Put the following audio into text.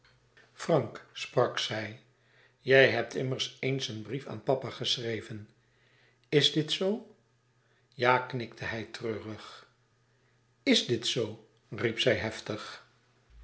frank sprak zij je hebt immers eens een brief aan papa geschreven is dit zoo ja knikte hij treurig is dit zoo riep zij heftig